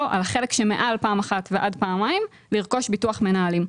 על החלק שמעל פעם אחת ועד פעמיים לרכוש ביטוח מנהלים.